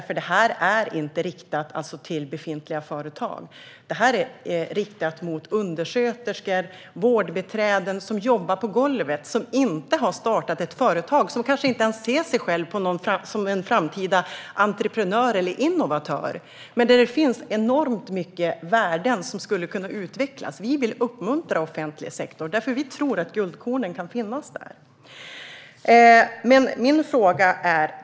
Förslaget är inte riktat till befintliga företag, utan det är riktat mot undersköterskor och vårdbiträden som jobbar på golvet och som inte har startat ett företag, som kanske inte ens ser sig själva som framtida entreprenörer eller innovatörer. Men det finns enormt stora värden som skulle kunna utvecklas. Vi vill uppmuntra offentlig sektor eftersom vi tror att guldkornen kan finnas där.